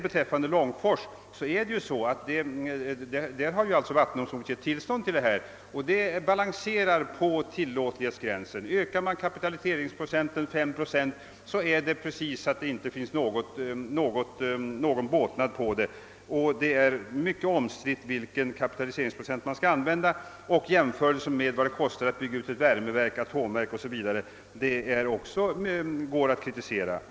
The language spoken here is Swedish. Beträffande Långfors har vattendomstolen gett sitt tillstånd, och det baianserar på tillåtlighetsgränsen. Ökar man kapitaliseringsprocenten med en halv procent, blir det knappast någon vinst. Det är mycket omstritt vilken kapitaliseringsprocent man skall använda, och jämförelsen med vad det kostar att bygga ut värmeverk och atomverk 0. S. Vv. går också att kritisera.